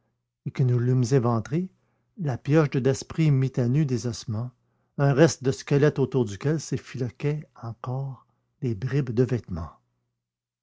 et que nous l'eûmes éventré la pioche de daspry mit à nu des ossements un reste de squelette autour duquel s'effiloquaient encore des bribes de vêtements